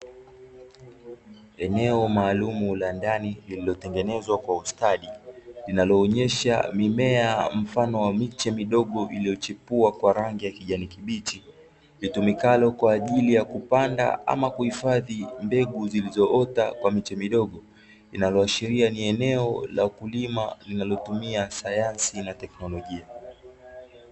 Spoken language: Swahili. Eneo maalumu la ndani lililotengenezwa kwa ustadi, linaloonyesha mimea mfano wa miche midogo iliyochipua kwa rangi ya kijani kibichi, litumikalo kwa ajili ya kupanda ama kuhifadhi mbegu zilizoota kwa miche midogo, linaloashiria ni eneo la kulima linalotumia sayansi na teknolojia.